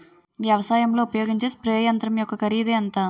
వ్యవసాయం లో ఉపయోగించే స్ప్రే యంత్రం యెక్క కరిదు ఎంత?